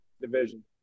division